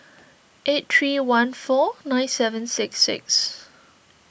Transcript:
eight three one four nine seven six six